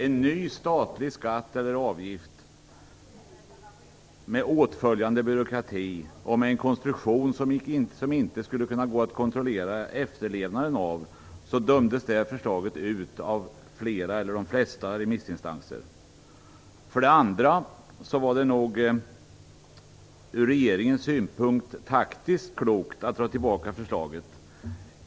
En ny statlig skatt eller avgift med åtföljande byråkrati och med en konstruktion som det inte skulle gå att kontrollera efterlevnaden av dömdes ut av de flesta remissinstanser. För det andra var det nog ur regeringens synpunkt taktiskt klokt att dra tillbaka förslaget.